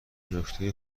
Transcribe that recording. نکته